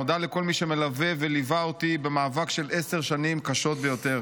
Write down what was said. מודה לכל מי שמלווה וליווה אותי במאבק של עשר שנים קשות ביותר,